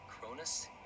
Cronus